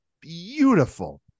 beautiful